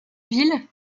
ville